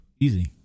Easy